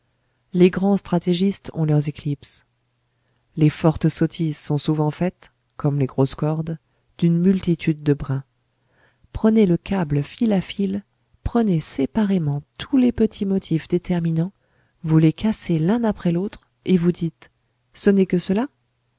les grands stratégistes ont leurs éclipses les fortes sottises sont souvent faites comme les grosses cordes d'une multitude de brins prenez le câble fil à fil prenez séparément tous les petits motifs déterminants vous les cassez l'un après l'autre et vous dites ce n'est que cela